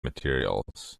materials